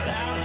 out